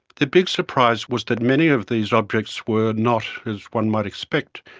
the big surprise was that many of these objects were not, as one might expect,